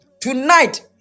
Tonight